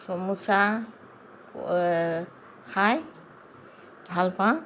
চমোচা খাই ভালপাওঁ